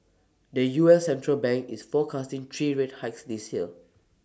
the U S central bank is forecasting three rate hikes this year